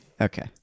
Okay